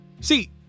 See